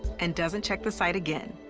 and doesn't check the site again.